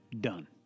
done